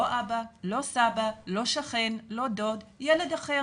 לא אבא, לא סבא, לא שכן, לא דוד, ילד אחר.